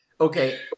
Okay